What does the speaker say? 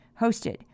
hosted